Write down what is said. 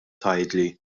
tgħidli